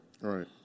Right